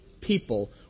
people